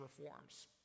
reforms